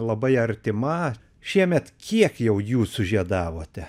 labai artima šiemet kiek jau jų sužiedavote